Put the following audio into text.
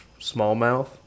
smallmouth